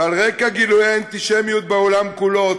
ועל רקע גילויי האנטישמיות בעולם כולו,